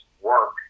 work